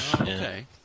okay